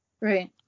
Right